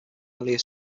earlier